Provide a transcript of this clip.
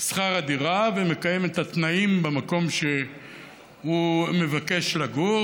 שכר הדירה ומקיים את התנאים במקום שהוא מבקש לגור.